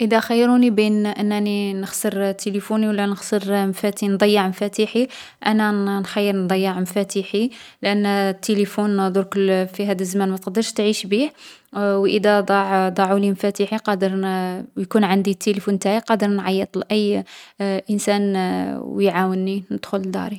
نفضّل نهمّل مفاتيحي خير من تلفوني. مفاتيحي نقدر نعيّط للصناع يفتحلي الباب و نخدم وحدخرين، بصح التلفون فيه قاع خدمتي و تصاويري و الايميلات تاوعي.